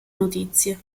notizie